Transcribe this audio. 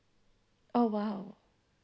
oh !wow!